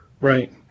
Right